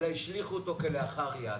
אלא השליכו אותו כלאחר יד.